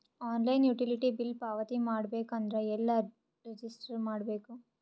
Online utility bill ಪಾವತಿ ಮಾಡಬೇಕು ಅಂದ್ರ ಎಲ್ಲ ರಜಿಸ್ಟರ್ ಮಾಡ್ಬೇಕು?